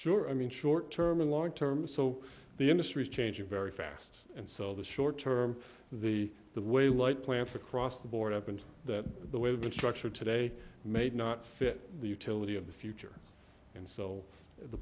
sure i mean short term and long term so the industry is changing very fast and so the short term the the way light plants across the board up and that the way they've been structured today made not fit the utility of the future and so the